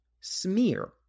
smear